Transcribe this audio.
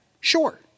Sure